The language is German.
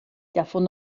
davon